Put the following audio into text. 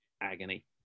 agony